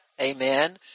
amen